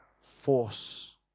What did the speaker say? force